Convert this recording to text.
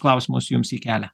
klausimus jums ji kelia